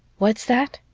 what's that?